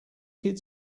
kid